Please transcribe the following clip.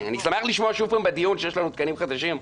אני שמח לשמוע שוב פעם בדיון שיש לנו תקנים חדשים,